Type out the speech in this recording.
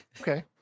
Okay